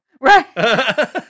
Right